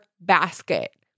basket